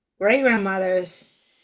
great-grandmothers